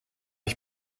ich